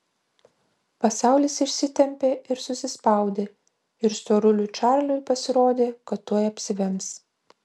pasaulis išsitempė ir susispaudė ir storuliui čarliui pasirodė kad tuoj apsivems